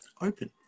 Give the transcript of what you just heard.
open